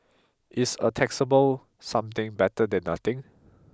is a taxable something better than nothing